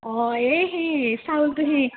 অঁ এই সেই চাউলটো সেই